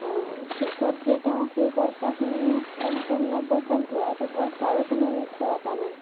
পিছত যে তেওঁ সেই পইচাখিনিয়ে সম্পূৰ্ণ পইচা ঘূৰাই পাব তাৰো কোনো নিশ্চয়তা নাই